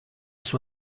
sua